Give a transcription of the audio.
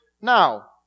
Now